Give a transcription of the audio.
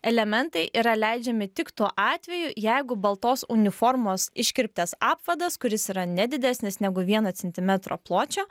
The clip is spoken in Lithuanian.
elementai yra leidžiami tik tuo atveju jeigu baltos uniformos iškirptės apvadas kuris yra ne didesnis negu vieno centimetro pločio